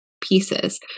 pieces